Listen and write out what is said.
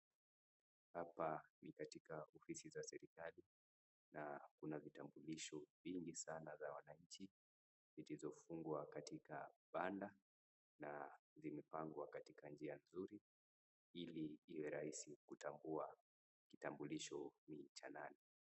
Hapa ni katika ofisi za serikali na Kuna vitambulisho vingi sana za watu zilizofungwa na Banda na zimepangwa katika njia nzuri, Ili kutambua kitambulisho hii ni cha nani?.